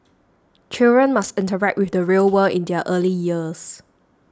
children must interact with the real world in their early years